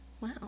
wow